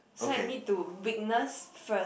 so I need to witness first